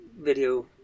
video